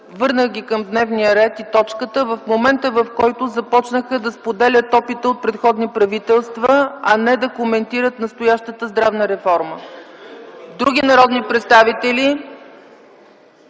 Върнах ги към дневния ред и точката в момента, в който започнаха да споделят опита от предходни правителства, а не да коментират настоящата здравна реформа. Други народни представители?